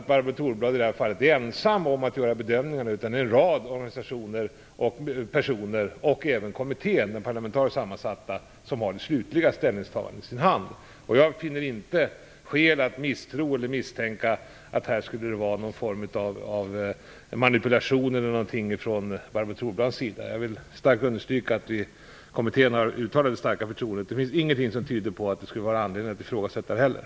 Barbro Thorblad är i detta fall inte ensam om att göra bedömningarna, utan det är en rad organisationer, personer och även den parlamentariskt sammansatta kommittén som har det slutliga ställningstagandet i sin hand. Jag finner inte att det finns skäl till misstro eller till att misstänka att det skulle vara fråga om någon form av manipulation från Barbro Thorblads sida. Jag vill starkt understryka att kommittén har uttalat sitt stora förtroende. Det finns ingenting som tyder på att det skulle finnas anledning att ifrågasätta det.